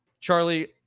Charlie